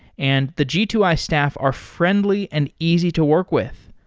and the g two i staff are friendly and easy to work with.